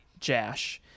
Jash